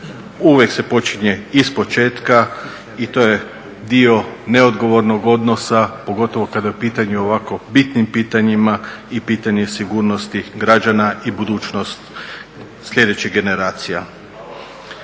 uvijek se počinje ispočetka i to je dio neodgovornog odnosa, pogotovo kada je u pitanju ovakvo bitnim pitanjima i pitanje sigurnosti građana i budućnost sljedećih generacija.